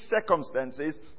circumstances